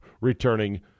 returning